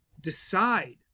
decide